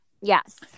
Yes